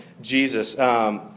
Jesus